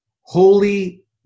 holy